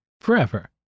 forever